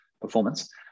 performance